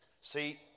see